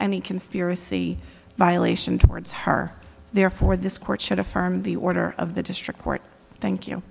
any conspiracy violation towards her therefore this court should affirm the order of the district court thank you